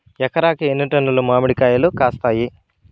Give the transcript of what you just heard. ఎకరాకి ఎన్ని టన్నులు మామిడి కాయలు కాస్తాయి?